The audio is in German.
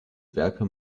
werke